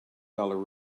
dollar